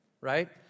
right